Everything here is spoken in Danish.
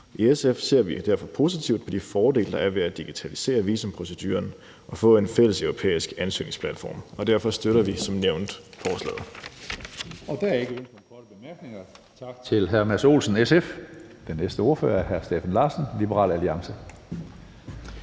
I SF ser vi derfor positivt på de fordele, der er ved at digitalisere visumproceduren og få en fælles europæisk ansøgningsplatform, og derfor støtter vi som nævnt forslaget.